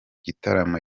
gitaramo